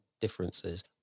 differences